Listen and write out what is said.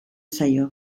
zaio